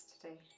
today